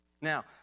Now